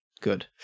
Good